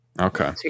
okay